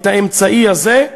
את האמצעי הזה.